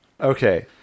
Okay